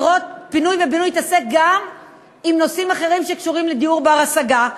פינוי ובינוי יתעסק גם עם נושאים אחרים שקשורים לדיור בר-השגה.